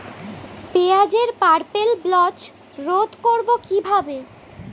পেঁয়াজের purple blotch রোধ করবো কিভাবে?